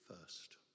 first